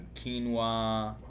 quinoa